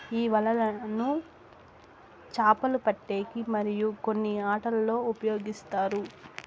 ఈ వలలను చాపలు పట్టేకి మరియు కొన్ని ఆటలల్లో ఉపయోగిస్తారు